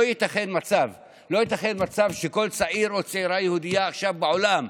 לא ייתכן מצב שכל צעיר או צעירה יהודיים עכשיו בעולם,